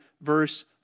verse